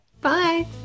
bye